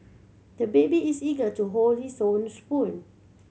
the baby is eager to hold his own spoon